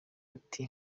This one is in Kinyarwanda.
ati